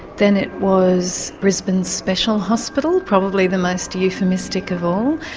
then it was brisbane special hospital, probably the most euphemistic of all,